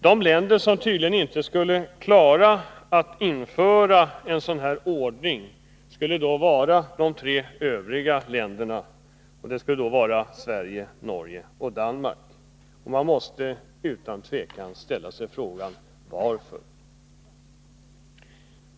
De länder som tydligen inte skulle klara att införa en sådan ordning skulle alltså vara de tre övriga länderna Sverige, Norge och Danmark. Man måste ställa sig frågan: Varför?